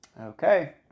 Okay